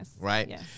Right